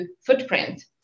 footprint